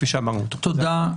תודה,